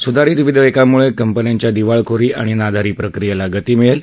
सुधारित विधेयकामुळे कंपन्यांच्या दिवाळखोरी आणि नादारी प्रक्रियेला गती मिळेल